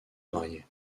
marier